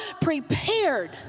prepared